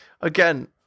Again